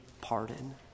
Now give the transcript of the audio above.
pardon